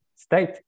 State